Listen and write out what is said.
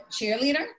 cheerleader